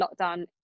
lockdown